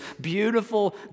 beautiful